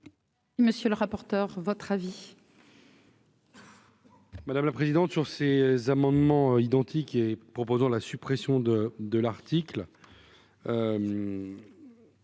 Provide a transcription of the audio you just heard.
Monsieur le rapporteur, votre avis. Madame la présidente, sur ces amendements identiques et proposant la suppression de de l'article,